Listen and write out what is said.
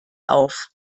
auf